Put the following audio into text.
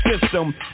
system